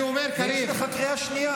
יש לך קריאה שנייה.